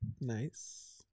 Nice